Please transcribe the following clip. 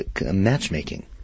matchmaking